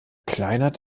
kleinert